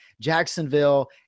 Jacksonville